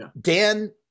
Dan